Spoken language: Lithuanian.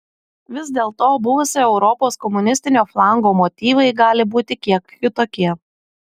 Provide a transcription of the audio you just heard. vis dėlto buvusio europos komunistinio flango motyvai gali būti kiek kitokie